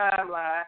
timeline